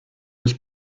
was